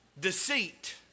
deceit